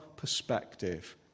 Perspective